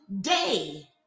day